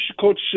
coach